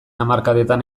hamarkadetan